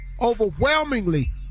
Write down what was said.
overwhelmingly